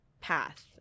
path